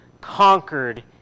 conquered